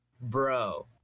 Bro